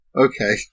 Okay